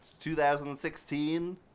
2016